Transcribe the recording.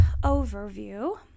overview